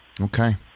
Okay